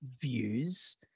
views